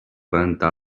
rentar